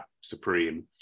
Supreme